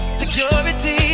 security